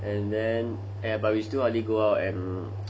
and then !aiya! but we still hardly go out